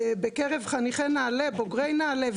בקרב חניכי ובוגר נעל"ה,